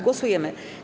Głosujemy.